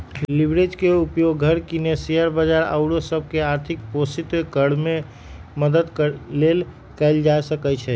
leverage के उपयोग घर किने, शेयर बजार आउरो सभ के आर्थिक पोषित करेमे मदद लेल कएल जा सकइ छै